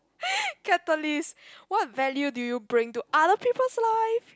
catalyst what value do you bring to other people's life